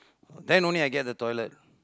then only I get the toilet